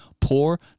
poor